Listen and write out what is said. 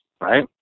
right